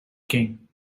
king